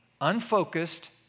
unfocused